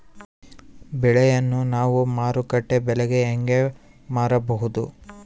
ಬೆಳೆಯನ್ನ ನಾವು ಮಾರುಕಟ್ಟೆ ಬೆಲೆಗೆ ಹೆಂಗೆ ಮಾರಬಹುದು?